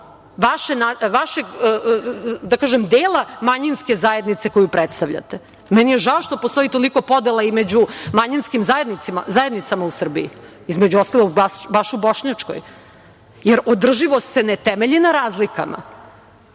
vašeg, da tako kažem, dela manjinske zajednice koju predstavljate. Meni je žao što postoji toliko podela i među manjinskim zajednicama u Srbiji, između ostalog baš u bošnjačkoj. Održivost se ne temelji na razlikama,